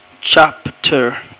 chapter